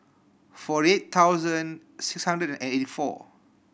forty eight thousand six hundred and eighty four